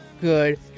good